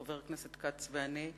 חבר הכנסת כץ ואני,